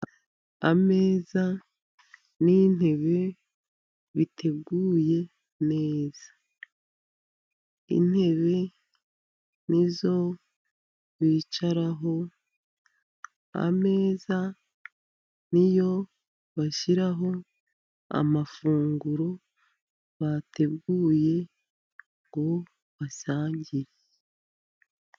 Ameza n'itebe biteguye neza. intebe n'izo bicaraho, ameza niyo bashyiraho amafunguro bateguye ngo basangire.